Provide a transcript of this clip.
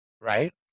right